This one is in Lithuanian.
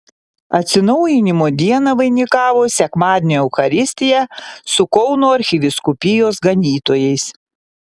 atsinaujinimo dieną vainikavo sekmadienio eucharistija su kauno arkivyskupijos ganytojais